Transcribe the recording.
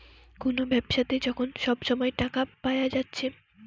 কুনো ব্যাবসাতে যখন সব সময় টাকা পায়া যাচ্ছে